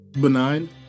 benign